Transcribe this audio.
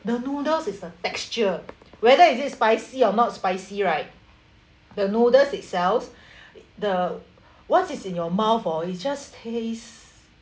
the noodles is the texture whether is it spicy or not spicy right the noodles itself the once it's in your mouth orh it just taste